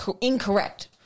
incorrect